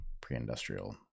pre-industrial